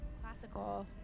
classical